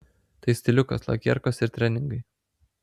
tai stiliukas lakierkos ir treningai